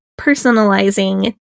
personalizing